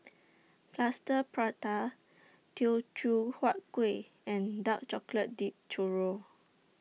Plaster Prata Teochew Huat Kuih and Dark Chocolate Dipped Churro